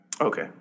Okay